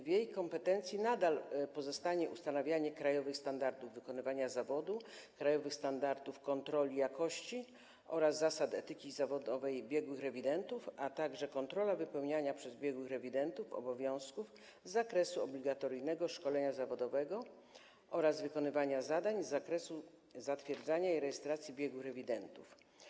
W jej kompetencji nadal pozostanie ustanawianie krajowych standardów wykonywania zawodu, krajowych standardów kontroli jakości oraz zasad etyki zawodowej biegłych rewidentów, a także kontrola wypełniania przez biegłych rewidentów obowiązków z zakresu obligatoryjnego szkolenia zawodowego oraz wykonywania zadań z zakresu zatwierdzania i rejestracji biegłych rewidentów.